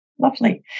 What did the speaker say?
Lovely